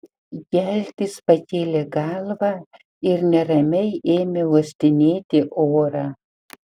geltis pakėlė galvą ir neramiai ėmė uostinėti orą